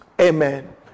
Amen